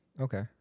okay